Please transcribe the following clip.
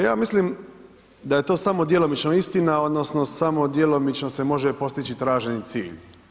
Ja mislim da je to samo djelomično istina, odnosno samo djelomično se može postići traženi cilj.